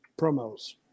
promos